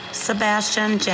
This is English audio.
Sebastian